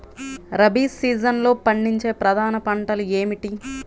రబీ సీజన్లో పండించే ప్రధాన పంటలు ఏమిటీ?